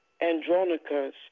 Andronicus